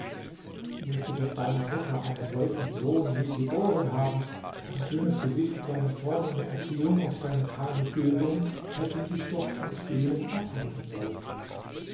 möchte doch deine mutter einen solchen sohn nie geboren haben dein schönes gesicht deine vornehme erziehung und deine feine bildung hätten dich doch vom stehlen abhalten sollen